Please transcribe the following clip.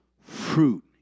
fruit